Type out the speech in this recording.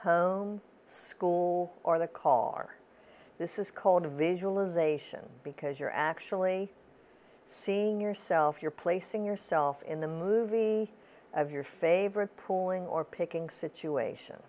home school or the call are this is called a visualization because you're actually seeing yourself you're placing yourself in the movie of your favorite pulling or picking situation